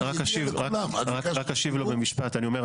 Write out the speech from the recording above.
אני אומר,